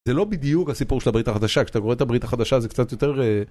זה לא בדיוק הסיפור של הברית החדשה, כשאתה רואה את הברית החדשה זה קצת יותר...